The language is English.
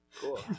Cool